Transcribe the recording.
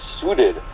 suited